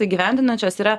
įgyvendinančios yra